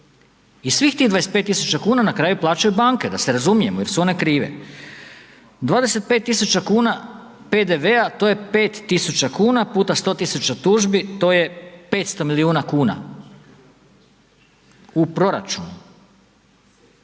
i svih tih 25.000 kuna na kraju plaćaju banke da se razumijemo jer su one krive. 25.000 kuna PDV-a to je 5.000 kuna puta 100.000 tužbi, to je 500 milijuna kuna u proračunu.